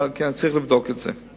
אבל אני צריך לבדוק את זה.